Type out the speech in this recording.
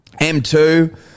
M2